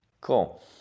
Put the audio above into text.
Cool